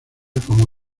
como